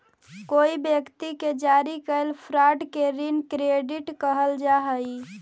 कोई व्यक्ति के जारी कैल कार्ड के ऋण क्रेडिट कहल जा हई